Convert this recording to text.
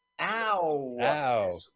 ow